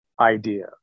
idea